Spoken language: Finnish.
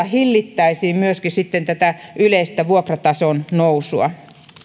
hillittäisiin myöskin sitten tätä yleistä vuokratason nousua